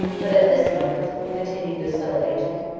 but at this moment, continued the subtle agent,